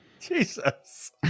Jesus